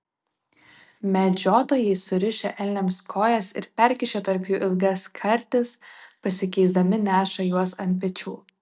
medžiotojai surišę elniams kojas ir perkišę tarp jų ilgas kartis pasikeisdami neša juos ant pečių